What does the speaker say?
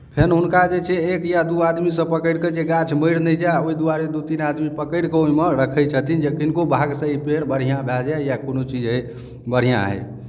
फेर हुनका जे छै एक या दू आदमीसँ पकड़ि कऽ जे गाछ मरि नहि जाय ओहि दुआरे दू तीन आदमी पकड़ि कऽ ओहिमे रखै छथिन जे किनको भाग्यसँ ई पेड़ बढ़िआँ भए जाय या कोनो चीज होय बढ़िआँ होय